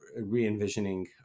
re-envisioning